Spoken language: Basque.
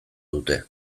dute